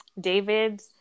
David